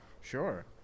Sure